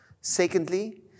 Secondly